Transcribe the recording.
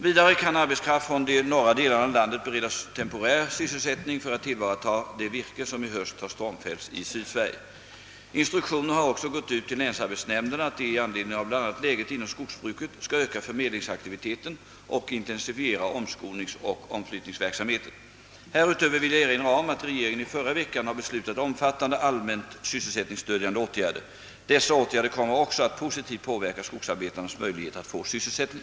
Vidare kan arbetskraft från de norra delarna av landet beredas temporär sysselsättning för att tillvarata det virke som i höst har stormfällts i Sydsverige. Instruktioner har också gått ut till länsarbetsnämnderna att de i anledning av bl.a. läget inom skogsbruket skall öka förmedlingsaktiviteten och intensifiera Härutöver vill jag erinra om att regeringen i förra veckan har beslutat omfattande allmänt sysselsättningsstödjande åtgärder. Dessa åtgärder kommer också att positivt påverka skogsarbetarnas möjligheter att få sysselsättning.